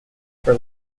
for